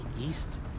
east